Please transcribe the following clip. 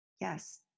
Yes